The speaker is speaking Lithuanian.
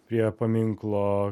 prie paminklo